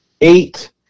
eight